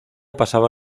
pasaba